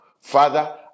Father